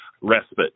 respite